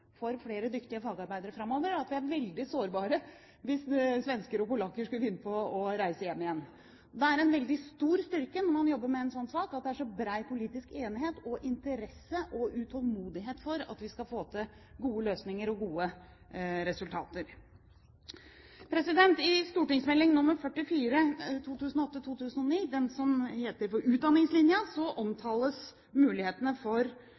for flere dyktige fagarbeidere framover, og at vi er veldig sårbare hvis svensker og polakker skulle finne på å reise hjem igjen – at det er så bred politisk enighet og interesse og utålmodighet for at vi skal få til gode løsninger og gode resultater. I St.meld. nr. 44 for 2008–2009, den som heter Utdanningslinja, omtales mulighetene for hospitering og utveksling av personale mellom skole og arbeidsliv som et godt virkemiddel for